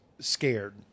scared